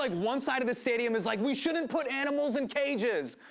like one side of the stadium is like, we shouldn't put animals in cages.